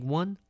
one